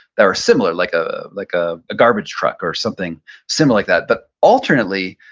that are similar, like a like ah garbage truck or something similar like that. but alternately,